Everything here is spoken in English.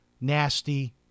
nasty